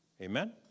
Amen